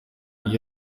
iyo